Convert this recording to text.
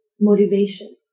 motivation